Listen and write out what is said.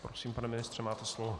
Prosím, pane ministře, máte slovo.